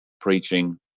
preaching